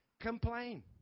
complain